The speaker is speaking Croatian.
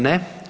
Ne.